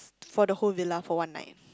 for the whole villa for one night